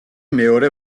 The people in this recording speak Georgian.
მეორე